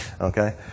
Okay